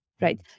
right